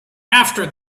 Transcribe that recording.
after